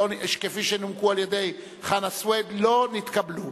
כפי שנומקה על-ידי חנא סוייד, לא נתקבלה.